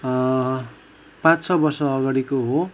पाँच छ वर्ष अगाडिको हो